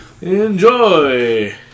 Enjoy